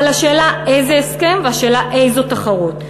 אבל השאלה איזה הסכם, והשאלה איזו תחרות.